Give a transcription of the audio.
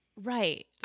Right